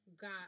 got